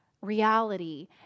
reality